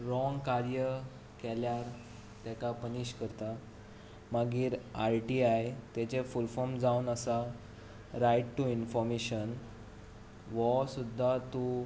wrong कार्य केल्यार ताका पनीश करता मागीर आर टी आय ताजे फूल फॉर्म जावन आसा रायट टू इनफॉर्मेशन हो सुद्दां तूं